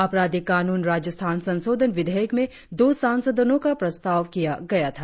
आपराधिक कानून राजस्थान संशोधन विधेयक में दो संशोधनों का प्रस्ताव किया गया है